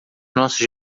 nosso